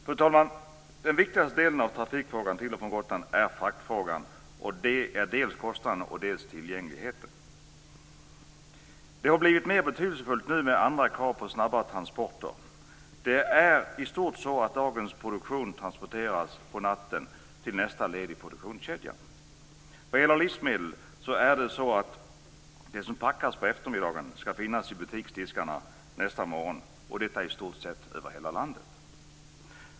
Fru talman! Den viktigaste delen av frågan om trafiken till och från Gotland gäller frakterna, och det är dels kostnaden, dels tillgängligheten. Det har blivit mer betydelsefullt nu med andra krav på snabba transporter. Det är i stort så att dagens produktion transporteras på natten till nästa led i produktionskedjan. Livsmedel som packas på eftermiddagen ska finnas i butiksdiskarna nästa morgon över i stort sett hela landet.